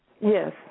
Yes